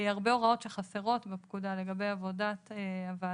הרבה הוראות שחסרות בפקודה לגבי עבודת הוועדה,